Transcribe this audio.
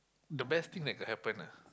the best thing that could happen ah